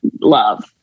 love